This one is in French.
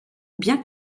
bien